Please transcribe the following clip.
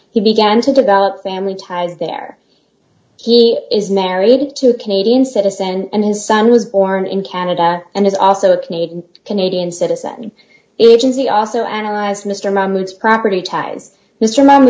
he began to develop family ties there he is married to a canadian citizen and his son was born in canada and is also a canadian canadian citizen agency also analyze mr mahmoud's property